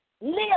live